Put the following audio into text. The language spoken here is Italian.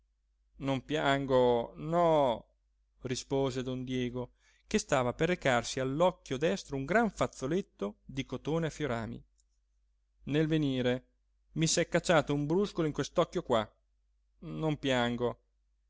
non piango no rispose don diego che stava per recarsi all'occhio destro un gran fazzoletto di cotone a fiorami nel venire mi s'è cacciato un bruscolo in quest'occhio qua non piango